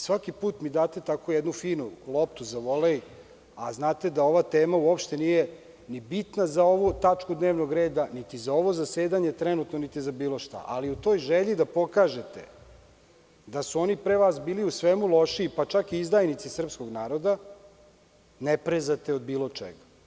Svaki put mi date tako jednu finu loptu za volej, a znate da ova tema uopšte nije ni bitna za ovu tačku dnevnog reda, niti za ovo zasedanje trenutno, niti za bilo šta, ali u toj želji da pokažete da su oni pre vas bili u svemu lošiji, pa čak i izdajnici srpskog naroda, ne prezate od bilo čega.